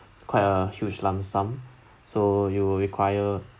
quite a huge lump sum so you will require